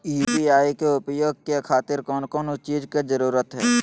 UPI के उपयोग के खातिर कौन कौन चीज के जरूरत है?